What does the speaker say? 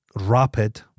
rapid